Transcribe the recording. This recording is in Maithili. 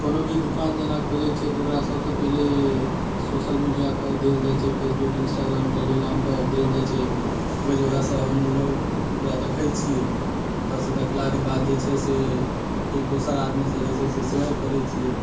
कोनो भी दोकान जेना खुजय छै तऽ ओकरा सबसँ पहिले सोशल मिडियापर देल जाइ छै फेसबुक इंस्टाग्राम टेलीग्रामपर देल जाइ छै ओइ जगहसँ हमलोग ओकरा देखै छी ओतऽसँ देखलाके बाद जे छै से एक दोसर आदमीसँ जे छै से शेयर करै छियै